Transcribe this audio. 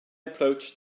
approached